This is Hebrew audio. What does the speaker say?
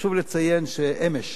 חשוב לציין שאמש